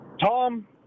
Tom